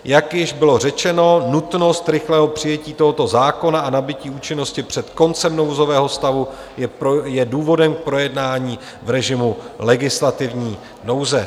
Jak již bylo řečeno, nutnost rychlého přijetí tohoto zákona a nabytí účinnosti před koncem nouzového stavu je důvodem k projednání v režimu legislativní nouze.